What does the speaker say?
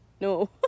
no